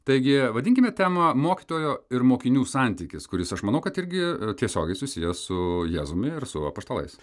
taigi vadinkime temą mokytojo ir mokinių santykis kuris aš manau kad irgi tiesiogiai susiję su jėzumi ir su apaštalais